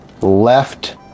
left